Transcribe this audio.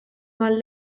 mal